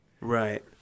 Right